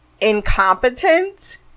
incompetent